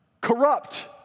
corrupt